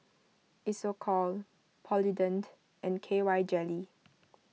Isocal Polident and K Y jelly